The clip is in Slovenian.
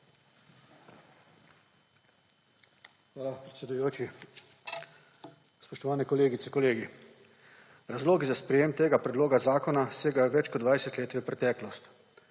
Hvala, predsedujoči. Spoštovane kolegice, kolegi! Razlogi za sprejetje tega predloga zakona segajo več kot 20 let v preteklost.